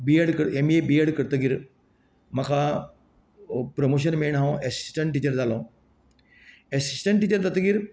B Ed M A B Ed करतकीर म्हाका promotion मेळून हांव एसिस्टंट टिचर जालो एसिस्टंट टिचर जातकीर